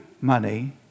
money